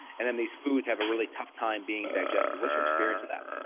and then these foods have a really tough time being digested. what's your experience with that?